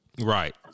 Right